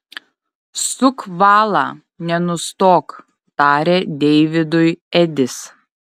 suk valą nenustok tarė deividui edis